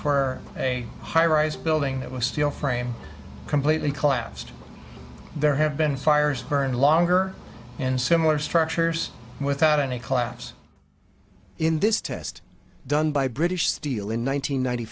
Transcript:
for a high rise building that was steel frame completely collapsed there have been fires burned longer in similar structures without any collapse in this test done by british steel in